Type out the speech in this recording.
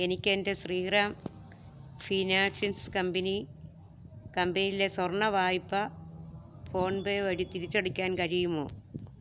എനിക്ക് എന്റെ Shriram finances company കമ്പിനിയിലെ സ്വർണ്ണ വായ്പ്പ ഫോൺപേ വഴി തിരിച്ചടയ്ക്കാൻ കഴിയുമോ